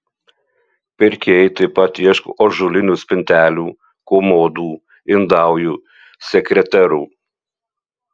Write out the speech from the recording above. pirkėjai taip pat ieško ąžuolinių spintelių komodų indaujų sekreterų